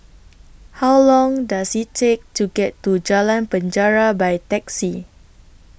How Long Does IT Take to get to Jalan Penjara By Taxi